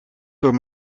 door